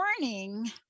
morning